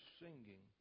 singing